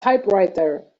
typewriter